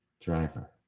driver